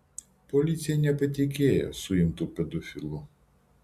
policija nepatikėjo suimtu pedofilu